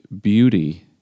beauty